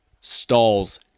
stalls